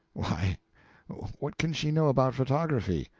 why what can she know about photography?